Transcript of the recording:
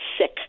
sick